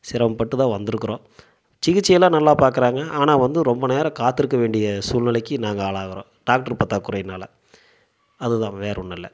சிரமப்பட்டு தான் வந்துருக்கிறோம் சிகிக்சை எல்லாம் நல்லா பார்க்குறாங்க ஆனால் வந்து ரொம்ப நேரம் காத்திருக்க வேண்டிய சூழ்நிலைக்கு நாங்கள் ஆளாகிறோம் டாக்டர் பற்றாக்குறையினால அது தான் வேற ஒன்றும் இல்லை